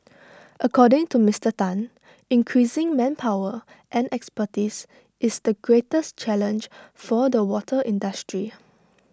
according to Mister Tan increasing manpower and expertise is the greatest challenge for the water industry